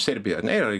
serbija ar ne yra